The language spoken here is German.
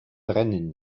brennen